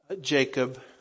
Jacob